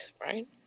right